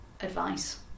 advice